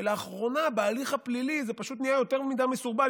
שלאחרונה בהליך הפלילי זה פשוט נהיה יותר מדי מסורבל,